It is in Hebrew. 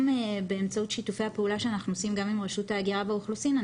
באמצעות שיתופי הפעולה שאנחנו עושים עם רשות ההגירה והאוכלוסין.